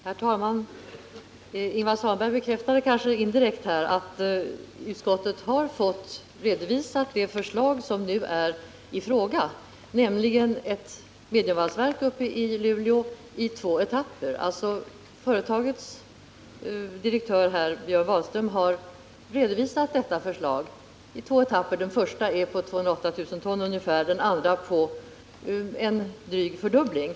Herr talman! Ingvar Svanberg bekräftade indirekt att utskottet har fått det förslag redovisat som nu är i fråga, nämligen ett medievalsverk uppe i Luleå i två etapper. Företagets direktör Björn Wahlström har redovisat detta förslag. Den första etappen är på ungefär 208 000 ton och den andra innebär en dryg fördubbling.